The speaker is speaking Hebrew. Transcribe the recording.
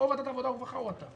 או ועדת עבודה והרווחה, או אתה.